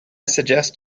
suggest